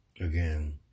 Again